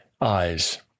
eyes